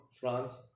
France